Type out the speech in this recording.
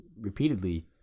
repeatedly